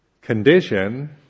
condition